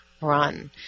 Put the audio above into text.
Run